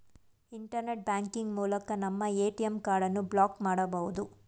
internet banking ಮೂಲಕ ನಮ್ಮ ATM ಕಾರ್ಡನ್ನು ಬ್ಲಾಕ್ ಮಾಡಬೊದು